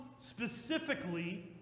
specifically